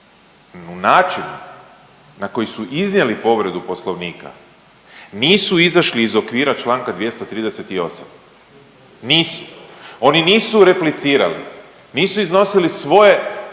u načinu na koji su iznijeli povredu Poslovnika nisu izašli iz okvira članka 238., nisu. Oni nisu replicirali, nisu iznosili svoje